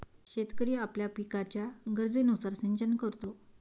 शेतकरी आपल्या पिकाच्या गरजेनुसार सिंचन करतो